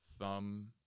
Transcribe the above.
thumb